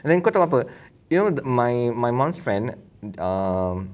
and then kau tahu apa you know my mum's friend um